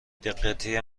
دقتی